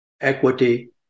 equity